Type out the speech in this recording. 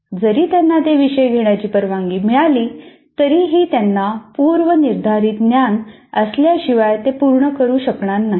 जरी त्यांना ते विषय घेण्याची परवानगी मिळाली तरीही त्यांना पूर्वनिर्धारित ज्ञान असल्याशिवाय ते पूर्ण करू शकणार नाहीत